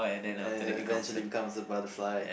and eventually it becomes a butterfly